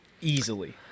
easily